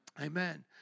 Amen